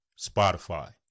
Spotify